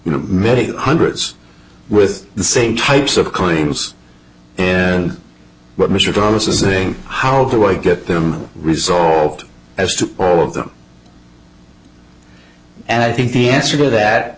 you know many hundreds with the same types of claims and what mr vavasor saying how do i get them resolved as to all of them and i think the answer to that